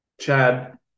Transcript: Chad